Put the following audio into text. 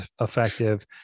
effective